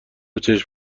چشم